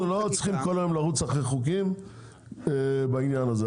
אנחנו לא צריכים כל היום לרוץ אחרי חוקים בעניין הזה,